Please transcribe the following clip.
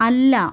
അല്ല